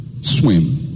swim